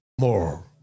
more